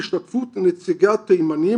בהשתתפות נציגי התימנים,